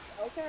Okay